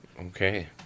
Okay